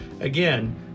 Again